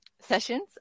sessions